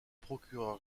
procureur